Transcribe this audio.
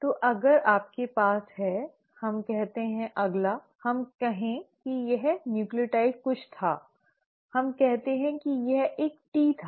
तो अगर आपके पास है हम कहते हैं अगला हम कहें कि यह न्यूक्लियोटाइड कुछ था हमें कहते हैं कि यह एक T था